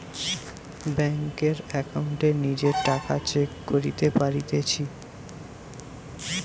বেংকের একাউন্টে নিজের টাকা চেক করতে পারতেছি